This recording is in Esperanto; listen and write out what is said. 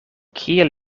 kiel